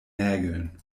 nägeln